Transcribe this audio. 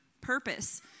purpose